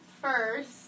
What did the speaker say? first